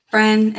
Friend